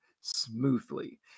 smoothly